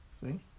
see